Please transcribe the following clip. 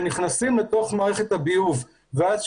שנכנסים לתוך מערכת הביוב ואז,